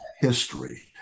history